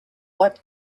what